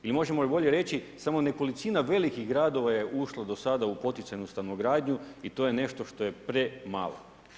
Mi možemo bolje reći, samo nekolicina velikih gradova je ušlo do sada u poticajnu stanogradnju i to je nešto što je premalo.